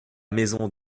maison